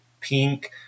pink